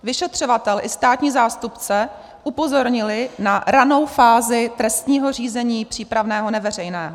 Vyšetřovatel i státní zástupce upozornili na ranou fázi trestního řízení přípravného neveřejného.